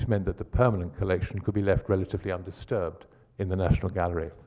meant that the permanent collection could be left relatively undisturbed in the national gallery.